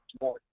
more